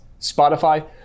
Spotify